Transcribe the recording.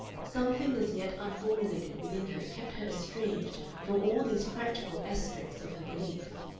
something as yet unformulated within her kept her estranged from all these practical aspects of her beliefs.